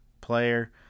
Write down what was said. player